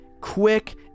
quick